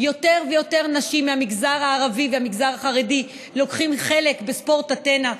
יותר ויותר נשים מהמגזר הערבי ומהמגזר החרדי לוקחות חלק בספורט אתנה.